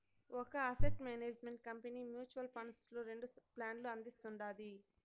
ఒక asset management company mutual funds లో రెండు ప్లాన్లు అందిస్తుండాది